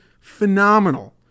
phenomenal